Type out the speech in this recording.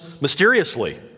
mysteriously